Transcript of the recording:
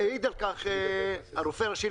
העיד על כך הרופא הראשי